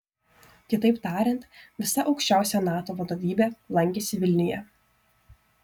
kitaip tariant visa aukščiausia nato vadovybė lankėsi vilniuje